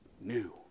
new